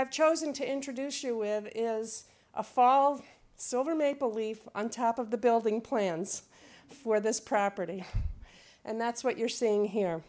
i've chosen to introduce you with is a fall so over maple leaf on top of the building plans for this property and that's what you're seeing here